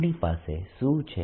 આપણી પાસે શું છે